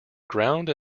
ground